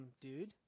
Dude